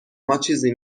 ماچیزی